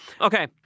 Okay